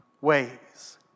ways